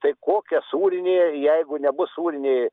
tai kokia sūrinė jeigu nebus sūrinėj